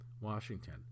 Washington